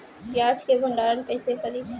प्याज के भंडारन कईसे करी?